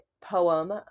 poem